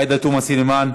עאידה תומא סלימאן.